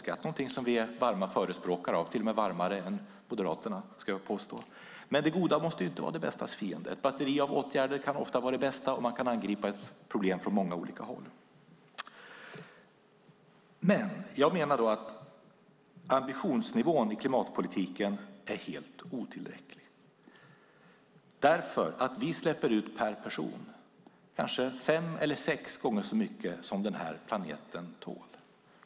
Det är någonting som vi är varma förespråkare av, till och med varmare än Moderaterna skulle jag vilja påstå. Men det goda måste ju inte vara det bästas fiende. Ett batteri av åtgärder kan ofta vara det bästa, och man kan angripa ett problem från många olika håll. Jag menar att ambitionsnivån i klimatpolitiken är helt otillräcklig. Vi släpper ut fem eller sex gånger så mycket per person som den här planeten tål.